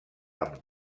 amb